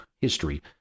history